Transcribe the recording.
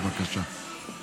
בבקשה.